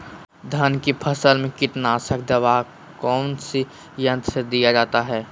धान की फसल में कीटनाशक दवा कौन सी यंत्र से दिया जाता है?